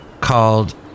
called